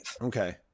Okay